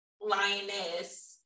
lioness